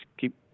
keep